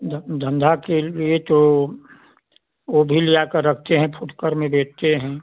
धंधा के लिए तो वो भी लिया कर रखे हैं फुटकर में बेचते हैं